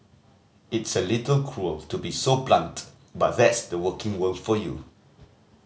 it's a little cruel to be so blunt but that's the working world for you